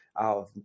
out